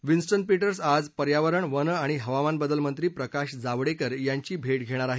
Winston Peters आज पर्यावरण वन आणि हवामानबदल मंत्री प्रकाश जावडेकर यांची भेट घेणार आहेत